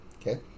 Okay